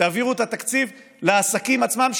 תעבירו את התקציב לעסקים עצמם,